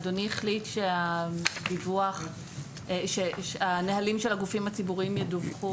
אדוני החליט שהנהלים של הגופים הציבוריים ידווחו?